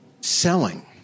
selling